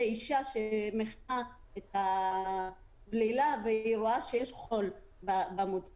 אישה שמכינה את הבלילה והיא רואה שיש חול במוצר.